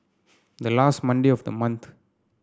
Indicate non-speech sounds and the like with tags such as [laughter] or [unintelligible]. the last Monday of the [unintelligible]